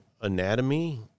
anatomy